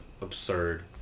absurd